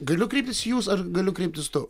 galiu kreiptis jūs ar galiu kreiptis tu